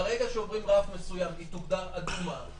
ברגע שעובר רף מסוים היא תוגדר אדומה.